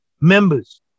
members